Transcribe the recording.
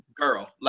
girl